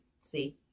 see